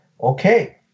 Okay